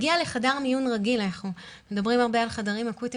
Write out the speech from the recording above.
הגיעה לחדר מיון רגיל אנחנו מדברים הרבה על חדרים אקוטיים